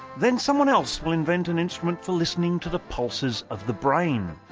then someone else will invent an instrument for listening to the pulses of the brain.